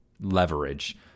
leverage